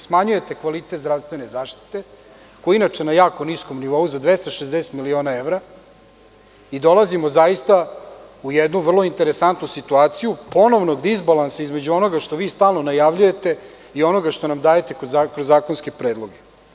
Smanjujete kvalitet zdravstvene zaštite, koji je inače na jako niskom nivou, za 260 miliona evra, i dolazimo zaista u jednu vrlo interesantnu situaciju ponovnog dizbalansa između onoga što vi stalno najavljujete i onoga što nam dajete kroz zakonske predloge.